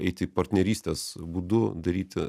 eiti partnerystės būdu daryti